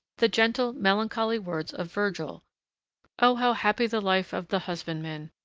the gentle, melancholy words of virgil o how happy the life of the husbandman,